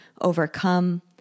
overcome